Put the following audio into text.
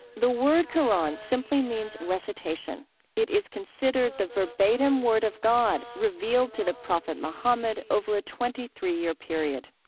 the word qur'an simply means recitation it is considered the verbatim word of god revealed to the prophet muhammad over a twenty three year period.